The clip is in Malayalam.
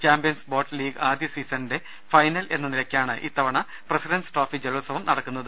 ചാമ്പ്യൻസ് ബോട്ട് ലീഗ് ആദ്യ സീസണിന്റെ ഫൈ നൽ എന്ന നിലയ്ക്കാണ് ഇത്തവണ പ്രസിഡന്റ് സ് ട്രോഫി ജലോത്സവം ന ടക്കുന്നത്